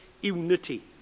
unity